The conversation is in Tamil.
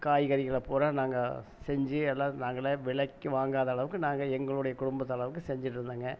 காய்கறிகளை பூராம் நாங்கள் செய்து எல்லாம் நாங்களே விலைக்கு வாங்காதளவுக்கு நாங்கள் எங்களுடைய குடும்பத்தளவுக்கு செய்துட்டு இருந்தோங்க